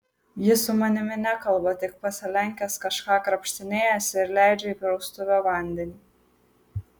jis su manimi nekalba tik pasilenkęs kažką krapštinėjasi ir leidžia į praustuvę vandenį